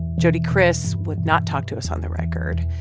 jody kriss would not talk to us on the record.